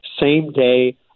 same-day